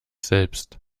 selbst